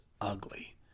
ugly